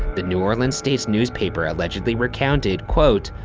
the new orleans newspaper allegedly recounted quote,